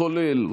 כולל,